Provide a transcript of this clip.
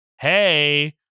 Hey